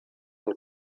und